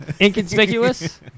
inconspicuous